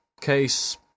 case